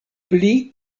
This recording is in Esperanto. pli